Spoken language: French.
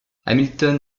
hamilton